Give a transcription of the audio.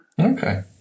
okay